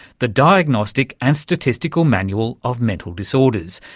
the diagnostic and statistical manual of mental disorders,